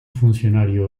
funcionario